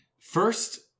first